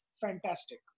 fantastic